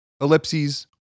Ellipses